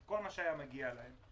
את כל מה שהיה מגיע להן,